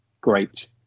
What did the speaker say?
great